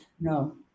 No